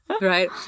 Right